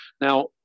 Now